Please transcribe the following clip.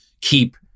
keep